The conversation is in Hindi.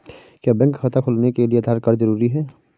क्या बैंक खाता खोलने के लिए आधार कार्ड जरूरी है?